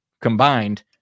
combined